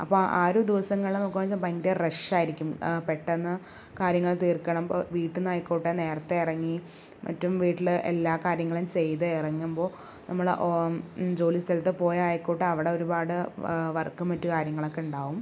അപ്പം ആ ഒരു ദിവസങ്ങൾ നോക്കുവാന്ന് വെച്ചാൽ ഭയങ്കര റഷ് ആയിരിക്കും പെട്ടെന്ന് കാര്യങ്ങൾ തീർക്കണം ഇപ്പം വീട്ടിൽ നിന്ന് ആയിക്കോട്ടെ നേരത്തെ ഇറങ്ങി മറ്റും വീട്ടിലെ എല്ലാ കാര്യങ്ങളും ചെയ്ത് ഇറങ്ങുമ്പോൾ നമ്മൾ ജോലി സ്ഥലത്ത് പോയാൽ ആയിക്കോട്ടെ അവിടെ ഒരുപാട് വ വർക്കും മറ്റു കാര്യങ്ങളൊക്കെ ഉണ്ടാകും